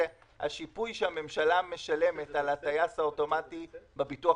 זה השיפוי שהממשלה משלמת על הטייס האוטומטי בביטוח